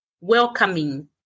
welcoming